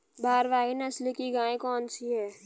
भारवाही नस्ल की गायें कौन सी हैं?